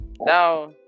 now